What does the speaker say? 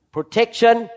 Protection